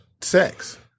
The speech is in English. sex